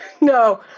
No